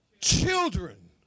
Children